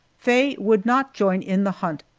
faye would not join in the hunt,